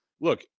look